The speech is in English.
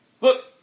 Look